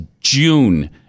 June